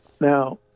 Now